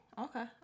Okay